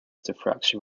diffraction